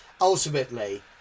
ultimately